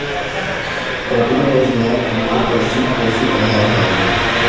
कपिला पशु आहार बहुते प्रसिद्ध पशु आहार हवे